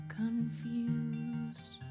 confused